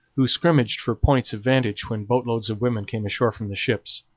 who scrimmaged for points of vantage when boatloads of women came ashore from the ships.